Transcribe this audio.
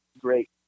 great